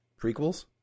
prequels